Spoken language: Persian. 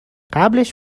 قبلش